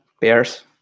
pairs